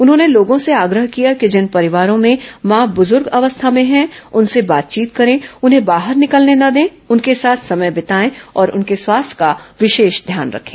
उन्होंने लोगों से आग्रह किया है कि जिन परिवारों में मां बुजुर्ग अवस्था में है उनसे बातचीत करें उन्हें बाहर निकलने न दें उनके साथ समय बिताएं और उनके स्वास्थ्य का विशेष ध्यान रखें